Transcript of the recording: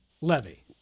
Levy